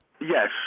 Yes